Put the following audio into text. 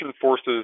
forces